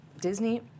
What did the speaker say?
Disney